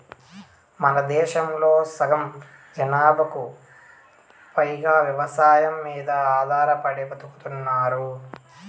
మనదేశంలో సగం జనాభాకు పైగా వ్యవసాయం మీద ఆధారపడి బతుకుతున్నారు